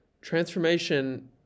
Transformation